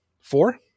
Four